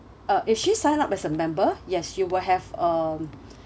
uh if she sign up as a member yes she will have um